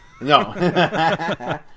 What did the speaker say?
No